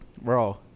Bro